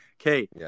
Okay